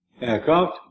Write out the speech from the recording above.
aircraft